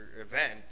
event